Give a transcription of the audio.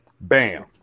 bam